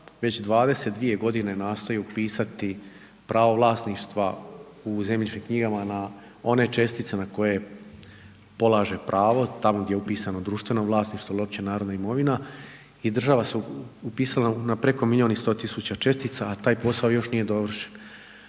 već 22 godine nastoji upisati pravo vlasništva u zemljišnim knjigama na one čestice na koje polaže pravo, tamo gdje je upisano društveno vlasništvo ili uopće narodna imovina i država se upisala na preko miliju i 100 tisuća čestica a taj posao još nije dovršen.